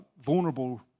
vulnerable